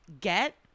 get